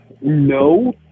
No